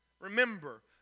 Remember